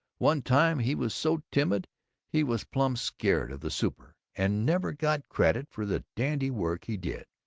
one time he was so timid he was plumb scared of the super, and never got credit for the dandy work he did.